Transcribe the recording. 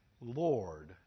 Lord